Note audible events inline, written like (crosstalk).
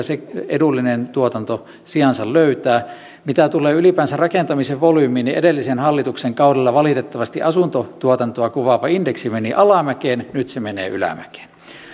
(unintelligible) se edullinen tuotanto sijansa löytää mitä tulee ylipäänsä rakentamisen volyymiin niin edellisen hallituksen kaudella valitettavasti asuntotuotantoa kuvaava indeksi meni alamäkeen nyt se menee ylämäkeen